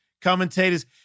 commentators